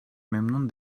memnun